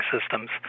systems